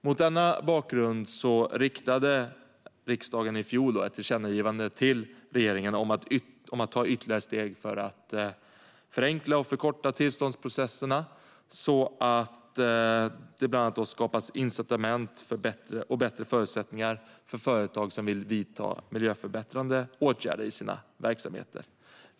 Mot denna bakgrund riktade riksdagen i fjol ett tillkännagivande till regeringen om att ta ytterligare steg för att förenkla och förkorta tillståndsprocesserna så att det bland annat skapas incitament och bättre förutsättningar för företag som vill vidta miljöförbättrande åtgärder i sina verksamheter.